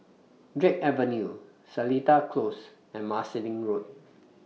Drake Avenue Seletar Close and Marsiling Road